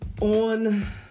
On